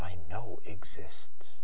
i know exist